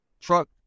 truck